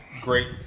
great